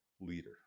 leader